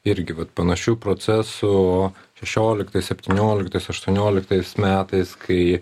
irgi vat panašių procesų šešioliktais septynioliktais aštuonioliktais metais kai